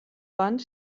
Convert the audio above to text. wand